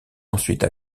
ensuite